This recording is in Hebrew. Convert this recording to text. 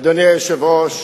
אדוני היושב-ראש,